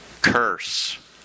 curse